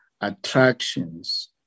attractions